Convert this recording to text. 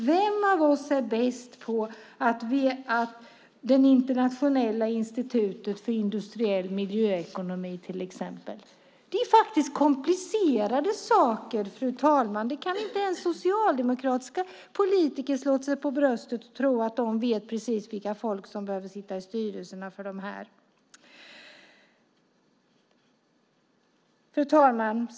Vem av oss är till exempel bäst när det gäller Stiftelsen för Internationella institutet för industriell miljöekonomi? Det är faktiskt komplicerade saker. Inte ens socialdemokratiska politiker kan slå sig för bröstet och tro att de vet precis vilka människor som behöver sitta i styrelserna i dessa stiftelser. Fru talman!